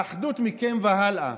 האחדות מכם והלאה: